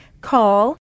call